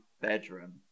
bedroom